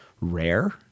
rare